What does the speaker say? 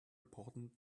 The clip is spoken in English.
important